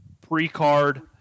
pre-card